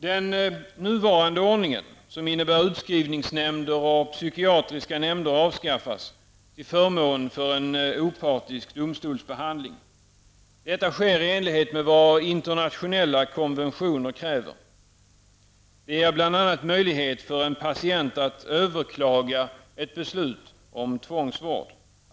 Den nuvarande ordningen, som innebär utskrivningsnämnder och psykiatriska nämnder, avskaffas till förmån för en opartisk domstolsbehandling. Detta sker i enlighet med vad internationella konventioner kräver. Det ger bl.a. möjlighet för en patient att överklaga ett beslut om tvångsvård.